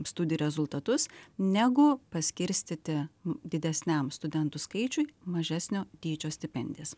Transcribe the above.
studijų rezultatus negu paskirstyti didesniam studentų skaičiui mažesnio dydžio stipendijas